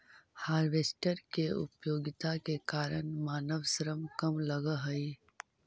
harvester के उपयोगिता के कारण मानव श्रम कम लगऽ हई